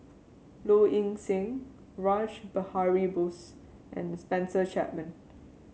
Low Ing Sing Rash Behari Bose and Spencer Chapman